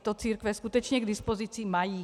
To církve skutečně k dispozici mají.